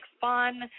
fun